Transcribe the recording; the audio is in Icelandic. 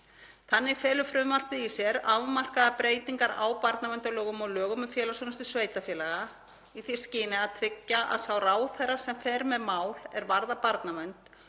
Þannig felur frumvarpið í sér afmarkaðar breytingar á barnaverndarlögum og lögum um félagsþjónustu sveitarfélaga í því skyni að tryggja að sá ráðherra sem fer með mál er varða barnavernd